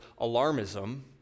alarmism